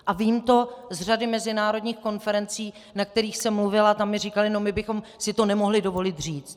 A vím to z řady mezinárodních konferencí, na kterých jsem mluvila, a tam mi říkali: no my bychom si to nemohli dovolit říct.